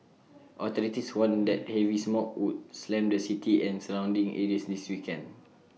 authorities warned that heavy smog would slam the city and surrounding areas this weekend